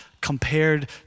compared